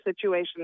situation